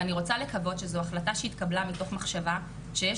ואני רוצה לקוות שזו החלטה שהתקבלה מתוך מחשבה שיש